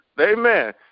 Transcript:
Amen